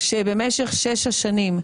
שבמשך שש השנים,